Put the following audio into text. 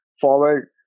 forward